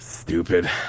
stupid